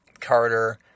Carter